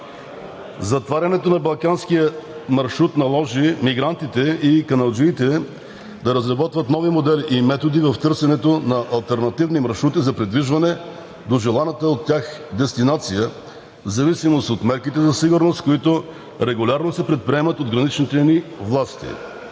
Затварянето на балканския маршрут наложи мигрантите и каналджиите да разработват нови модели и методи за търсене на алтернативни маршрути за придвижване до желаната от тях дестинация, в зависимост от мерките за сигурност, които регулярно се предприемат от граничните ни власти.